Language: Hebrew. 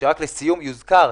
סטודנטים